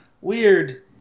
weird